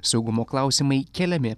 saugumo klausimai keliami